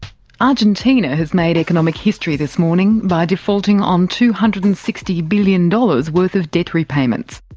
argentina has made economic history this morning by defaulting on two hundred and sixty billion dollars worth of debt repayments.